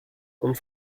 und